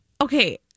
Okay